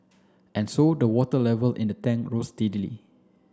and so the water level in the tank rose steadily